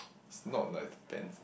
it's not like the tenth